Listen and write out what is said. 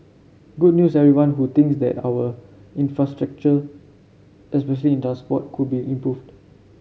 good news everyone who thinks that our infrastructure especially in does what could be improved